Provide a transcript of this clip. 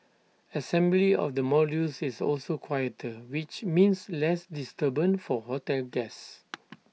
assembly of the modules is also quieter which means less disturbance for hotel guests